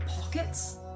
Pockets